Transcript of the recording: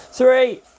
Three